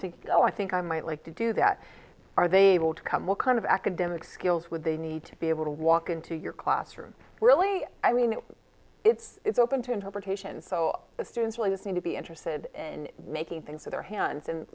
think oh i think i might like to do that are they able to come what kind of academic skills would they need to be able to walk into your classroom really i mean it's it's open to interpretation so the students really does need to be interested in making things for their hands and